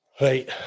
Right